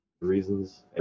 reasons